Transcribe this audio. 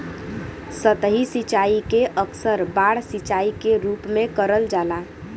सतही सिंचाई के अक्सर बाढ़ सिंचाई के रूप में करल जाला